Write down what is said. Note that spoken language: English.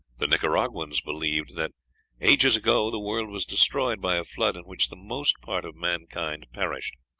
the nicaraguans believed that ages ago the world was destroyed by a flood, in which the most part of mankind perished.